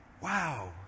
wow